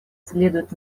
следует